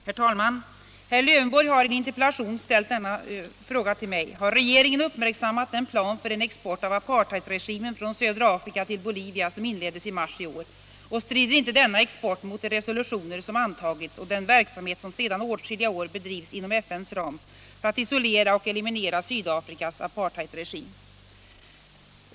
Herr talman! Herr Lövenborg har i en interpellation ställt denna fråga till mig: Har regeringen uppmärksammat den plan för en export av apartheidregimen från södra Afrika till Bolivia som inleddes i mars i år, och strider inte denna export mot de resolutioner som antagits och den verksamhet som sedan åtskilliga år bedrivs inom FN:s ram för att isolera och eliminera Sydafrikas apartheidregim?